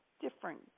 different